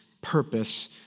purpose